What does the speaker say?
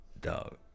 dog